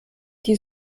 die